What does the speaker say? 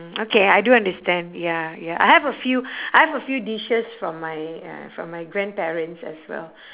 okay I do understand ya ya I have a few I have a few dishes from my uh from my grandparents as well